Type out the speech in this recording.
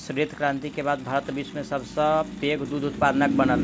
श्वेत क्रांति के बाद भारत विश्व में सब सॅ पैघ दूध उत्पादक बनल